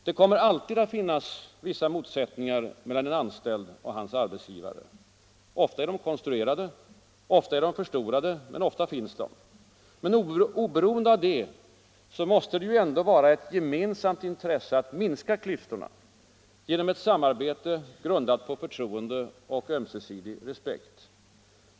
Det kommer alltid att finnas vissa motsättningar mellan en anställd och hans arbetsgivare. Ofta är de konstruerade. Ofta är de förstorade. Men oberoende av detta måste det vara ett gemensamt intresse att minska klyftorna genom ett samarbete grundat på förtroende och ömsesidig respekt.